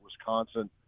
Wisconsin